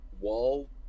wall